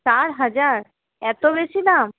চার হাজার এত বেশি দাম